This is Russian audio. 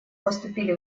поступили